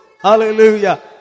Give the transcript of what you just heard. Hallelujah